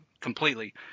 completely